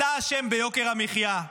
אתה אשם ביוקר המחיה,